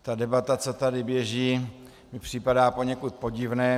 Ta debata, co tady běží, mi připadá poněkud podivná.